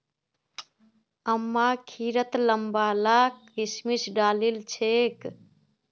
अम्मा खिरत लंबा ला किशमिश डालिल छेक